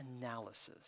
analysis